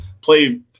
play